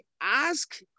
ask